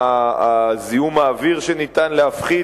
זיהום האוויר שניתן להפחית,